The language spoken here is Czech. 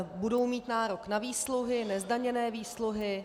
Budou mít nárok na výsluhy, nezdaněné výsluhy.